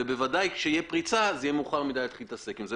ובוודאי שכשתהיה פריצה זה יהיה מאוחר מדי להתחיל ולהתעסק עם זה.